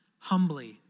humbly